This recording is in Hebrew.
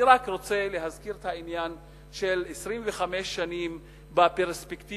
אני רק רוצה להזכיר את העניין של 25 שנים בפרספקטיבה,